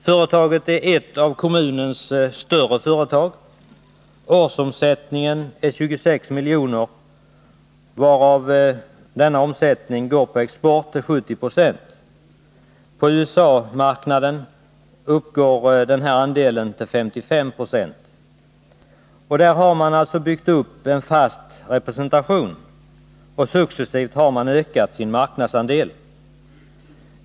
Företaget är ett av kommunens större företag. Årsomsättningen är 26 milj.kr., och 70 Zo av produktionen går på export. Av detta tar USA-marknaden 55 96. Där har man byggt upp en fast representation och har successivt ökat sin marknadsandel.